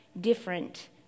different